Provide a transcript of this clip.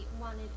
wanted